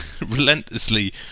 relentlessly